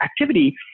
activity